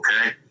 Okay